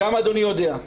גם אדוני יודע,